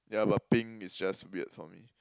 ya but pink is just weird for me